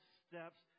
steps